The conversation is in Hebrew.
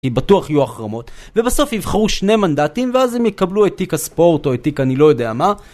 בטוח יהיו החרמות, ובסוף יבחרו שני מנדטים, ואז אם יקבלו את תיק הספורט או את תיק אני לא יודע מה